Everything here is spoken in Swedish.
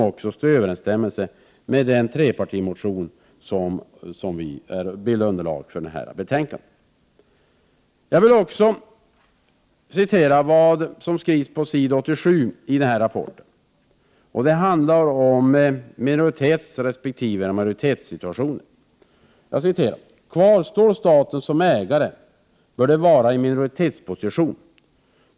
De överensstämmer också med den trepartimotion som bildar underlag för detta betänkande. Jag vill också citera vad som står på s. 87 i rapporten: ”Kvarstår staten som ägare bör det vara i minoritetsposition.